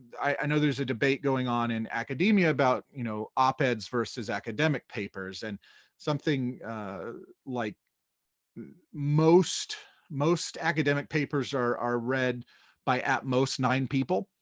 i know there's a debate going on in academia about you know op eds versus academic papers, and something like most most academic papers are are read by at most nine people.